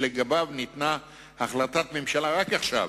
שלגביו ניתנה החלטת ממשלה רק עכשיו,